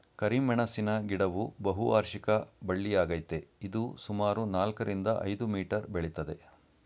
ಕರಿಮೆಣಸಿನ ಗಿಡವು ಬಹುವಾರ್ಷಿಕ ಬಳ್ಳಿಯಾಗಯ್ತೆ ಇದು ಸುಮಾರು ನಾಲ್ಕರಿಂದ ಐದು ಮೀಟರ್ ಬೆಳಿತದೆ